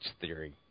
theory